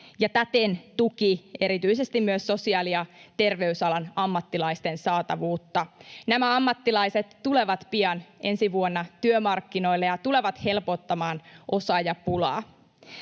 ja täten tuki erityisesti myös sosiaali- ja terveysalan ammattilaisten saatavuutta. Nämä ammattilaiset tulevat pian ensi vuonna työmarkkinoille ja tulevat helpottamaan osaajapulaa.